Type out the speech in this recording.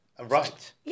Right